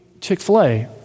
Chick-fil-A